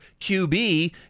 QB